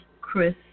Chris